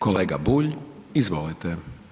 Kolega Bulj, izvolite.